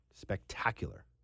spectacular